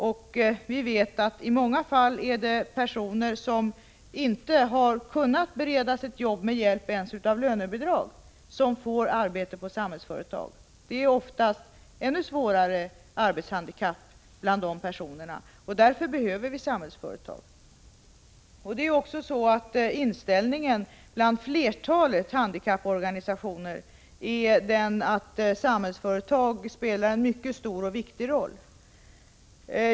Men vi vet att det i många fall är personer som inte ens med hjälp av lönebidraget har kunnat beredas arbete som får arbete inom Samhällsföretag. Det är då fråga om personer med ännu svårare handikapp än dem vi hittills diskuterat. Därför behöver vi Samhällsföretag. Också bland flertalet handikapporganisationer är inställningen den att Samhällsföretag spelar en mycket stor och viktig roll.